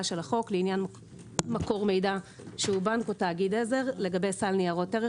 של החוק לעניין מקור מידע שהוא בנק או תאגיד עזר לגבי סל ניירות ערך